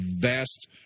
vast